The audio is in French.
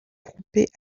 groupées